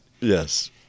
Yes